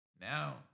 now